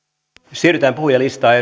siirrytään puhujalistaan